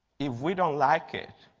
if we don't like it,